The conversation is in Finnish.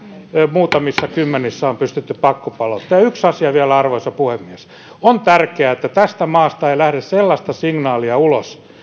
muutamissa kymmenissä on pystytty pakkopalauttamaan yksi asia vielä arvoisa puhemies on tärkeää että tästä maasta ei lähde sellaista signaalia ulos